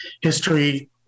history